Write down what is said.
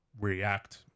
react